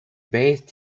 bathed